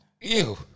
Ew